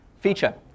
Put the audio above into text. Feature